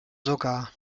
sogar